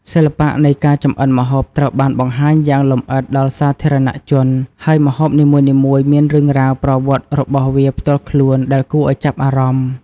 សិល្បៈនៃការចម្អិនម្ហូបត្រូវបានបង្ហាញយ៉ាងលម្អិតដល់សាធារណជន ហើយម្ហូបនីមួយៗមានរឿងរ៉ាវប្រវត្តិរបស់វាផ្ទាល់ខ្លួនដែលគួរឲ្យចាប់អារម្មណ៍។